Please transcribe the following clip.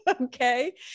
Okay